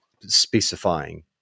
specifying